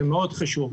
זה מאוד קשור.